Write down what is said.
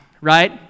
right